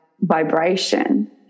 vibration